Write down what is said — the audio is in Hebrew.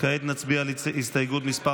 כעת נצביע על הסתייגות מס'